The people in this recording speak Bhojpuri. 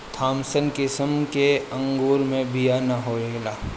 थामसन किसिम के अंगूर मे बिया ना होखेला